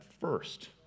first